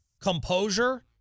composure